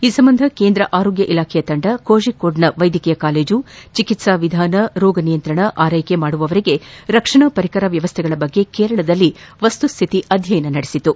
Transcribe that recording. ಈ ಸಂಬಂಧ ಕೇಂದ್ರ ಆರೋಗ್ಯ ಇಲಾಖೆಯ ತಂಡ ಕೊಯಿಕೋಡ್ನ ವೈದ್ಯಕೀಯ ಕಾಲೇಜು ಚಿಕಿತ್ಸಾ ವಿಧಾನ ರೋಗ ನಿಯಂತ್ರಣ ಆರ್ನೆಕೆ ಮಾಡುವವರಿಗೆ ರಕ್ಷಣಾ ಪರಿಕರ ವ್ವವಸ್ಥೆಗಳ ಬಗ್ಗೆ ಕೇರಳದಲ್ಲಿ ವಸ್ತುಸ್ತಿತಿ ಅಧ್ಯಯನ ನಡೆಸಿತು